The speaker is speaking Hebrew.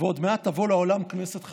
ועוד מעט תבוא לעולם כנסת חדשה.